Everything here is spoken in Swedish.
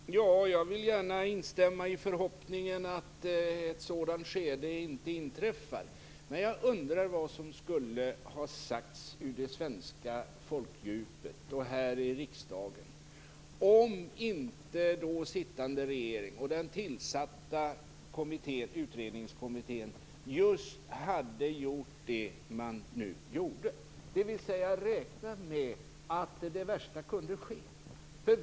Fru talman! Jag vill gärna instämma i förhoppningen att ett sådant skede inte inträffar. Men jag undrar vad som skulle ha sagts ur det svenska folkdjupet och här i riksdagen om inte den då sittande regeringen och den tillsatta utredningskommittén just hade gjort det man nu gjorde, dvs. att räkna med att det värsta kunde ske.